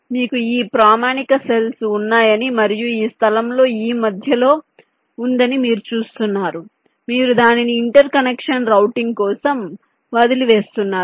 మీకు ఈ ప్రామాణిక కణాలు ఉన్నాయని మరియు ఈ స్థలం ఈ మధ్యలో ఉందని మీరు చూస్తున్నారు మీరు దానిని ఇంటర్ కనెక్షన్ రౌటింగ్ కోసం వదిలివేస్తున్నారు